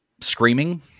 screaming